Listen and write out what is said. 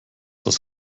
das